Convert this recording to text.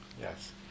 Yes